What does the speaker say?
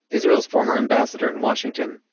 israel's former ambassador in washington,